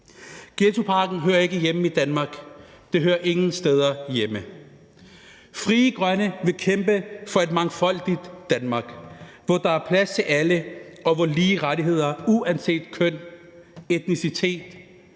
Ghettopakken hører ikke hjemme i Danmark. Det hører ingen steder hjemme. Frie Grønne vil kæmpe for et mangfoldigt Danmark, hvor der er plads til alle, og hvor lige rettigheder uanset køn, etnicitet,